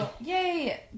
Yay